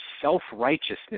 self-righteousness